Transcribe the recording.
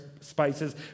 spices